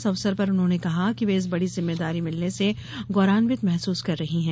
इस अवसर पर उन्होंने कहा कि वे इस बड़ी जिम्मेदारी मिलने से गौरान्वित महसूस कर रही हैं